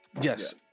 Yes